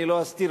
לא אסתיר,